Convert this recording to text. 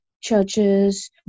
churches